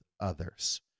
others